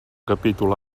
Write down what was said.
capítol